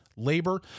labor